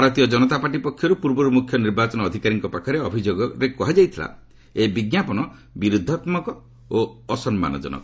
ଭାରତୀୟ ଜନତା ପାର୍ଟି ପକ୍ଷରୁ ପୂର୍ବରୁ ମୁଖ୍ୟ ନିର୍ବାଚନ ଅଧିକାରୀଙ୍କ ପାଖରେ ଅଭିଯୋଗରେ କୁହାଯାଇଥିଲା ଏହି ବିଜ୍ଞାପନ ବିରୁଧାତ୍ମକ ଓ ଅସମ୍ମାନ ଜନକ